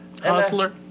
Hustler